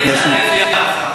על איזה יחס אתה מדבר?